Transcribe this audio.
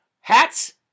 hats